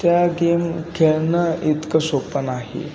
त्या गेम खेळणं इतकं सोप्पं नाही